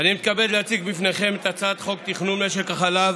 אני מתכבד להציג בפניכם את הצעת חוק תכנון משק החלב